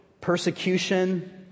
persecution